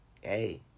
hey